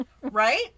right